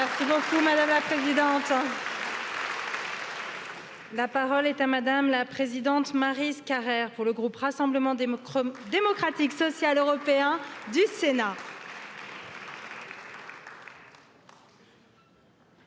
La parole est à Mᵐᵉ la présidente Maryse Carrère, pour le groupe Rassemblement démocratique social européen du Sénat.